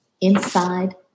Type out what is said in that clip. inside